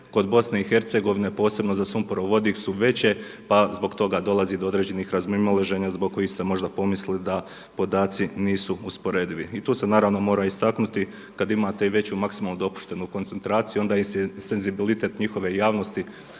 kod BiH posebno za sumporovodik su veće pa zbog toga dolazi do određenih razmimoilaženja zbog kojih ste možda pomislili da podaci nisu usporedivi. I tu se naravno mora istaknuti kada imate i veću maksimalnu dopuštenu koncentraciju onda je senzibilitet njihove javnosti